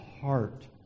heart